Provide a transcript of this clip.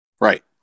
Right